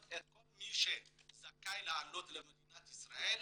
את כל מי שזכאי לעלות למדינת ישראל.